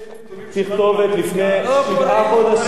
מלפני שבעה חודשים.